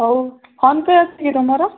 ହଉ PhonePe ଅଛି କି ତମର